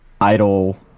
idle